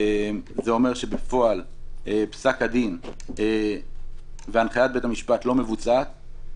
זה אומר שבפועל פסק הדין והנחיית בית המשפט לא מבוצעים.